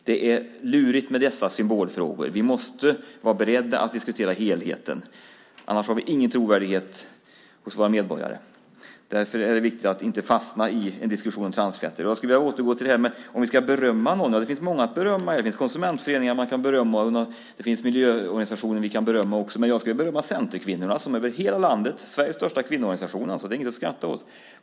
Det är lurigt med dessa symbolfrågor. Vi måste vara beredda att diskutera helheten. Annars har vi ingen trovärdighet hos våra medborgare. Därför är det viktigt att inte fastna i en diskussion om transfetter. Jag skulle vilja återgå till frågan om vi ska berömma någon. Det finns många att berömma. Det finns konsumentföreningar man kan berömma. Det finns miljöorganisationer vi kan berömma också. Men jag skulle vilja berömma Centerkvinnorna, Sveriges största kvinnoorganisation. Det är inget att skratta åt.